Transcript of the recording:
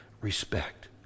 respect